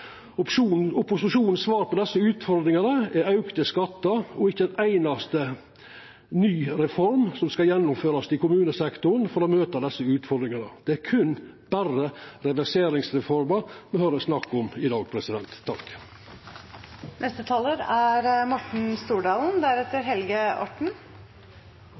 svar på desse utfordringane er auka skattar, og ikkje ei einaste ny reform skal gjennomførast i kommunesektoren for å møta desse utfordringane. Det er berre reverseringsreformer me høyrer snakk om i dag. Når jeg hører på debatten, er